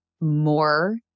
more